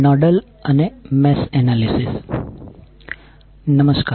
નમસ્કાર